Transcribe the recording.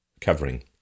covering